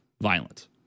violence